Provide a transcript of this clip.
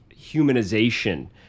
humanization